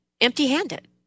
empty-handed